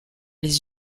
les